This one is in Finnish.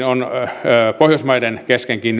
on pohjoismaidenkin kesken